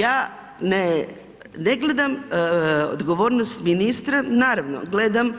Ja ne gledam odgovornost ministra, naravno gledam